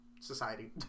society